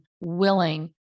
willing